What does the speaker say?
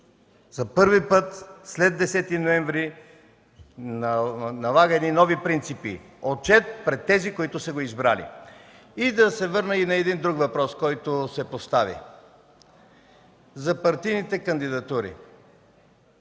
за първи път след Десети ноември налага едни нови принципи – отчет пред тези, които са го избрали. И да се върна и на един друг въпрос, който се постави – за партийните кандидатури.